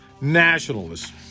nationalists